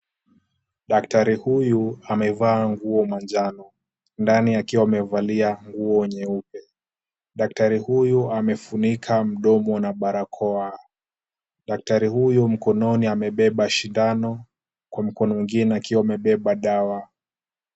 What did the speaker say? Daktari huyu amevaa nguo manjano, ndani akiwa amevalia nguo nyeupe, daktari huyu amefunika mdomo na barakoa, daktari huyu mkononi amebeba shindano kwa mkono mwingine akiwa amebeba dawa.